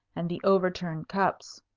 and the overturned cups.